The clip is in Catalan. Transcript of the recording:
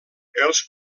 els